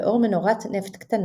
לאור מנורת נפט קטנה,